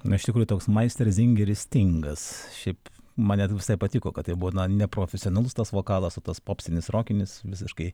na iš tikrųjų toks maisteris zingeris stingas šiaip man net visai patiko kad taip būna neprofesionalus tas vokalas o tas popsinis rokinis visiškai